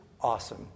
awesome